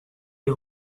les